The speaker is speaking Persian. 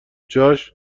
جاش